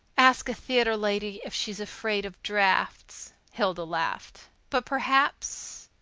ask a theatre lady if she's afraid of drafts! hilda laughed. but perhaps,